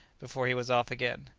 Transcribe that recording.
before he was off again.